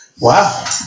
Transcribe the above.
Wow